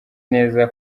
neza